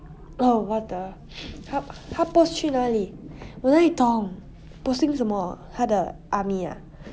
oh what the 他他 post 去哪里我哪里懂 posting 什么他的 army ah